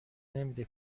نمیده